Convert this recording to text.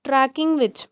trekking ਵਿੱਚ